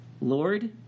Lord